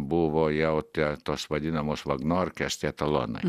buvo jau tie tos vadinamos vagnorkės tie talonai